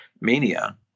mania